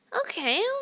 okay